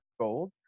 gold